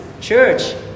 church